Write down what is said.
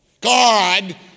God